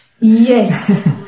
Yes